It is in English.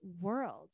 world